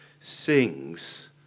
sings